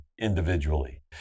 individually